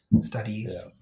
studies